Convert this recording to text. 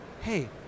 hey